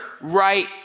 right